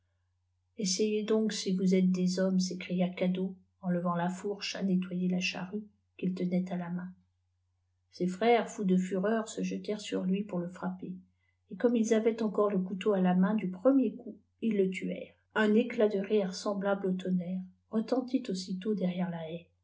essayez donc si vous êtes des hommes s'écria kado en levant la fourche à nettoyer la clîarrue qu'il tenait à la main ses frères fous de fureur se jetèrent sur lui pour le frapper et comme ils avaient aieore ie couteau k la main du premier coup ils le tuèrent un éclat de rire semblable au tonnerre retentit aussiilôt derrière la haie